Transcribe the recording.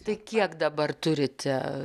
tai kiek dabar turite